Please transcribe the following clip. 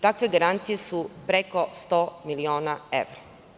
Takve garancije su preko 100 miliona evra.